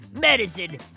medicine